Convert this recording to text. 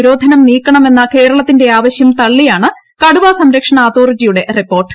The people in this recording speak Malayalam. നിരോധനം നീക്കണമെന്ന കേരളത്തിന്റെ ആവശ്യം തള്ളിയാണ് കടുവാ സംരക്ഷണ അതോറിറ്റിയുട്ടെട്ട് റിപ്പോർട്ട്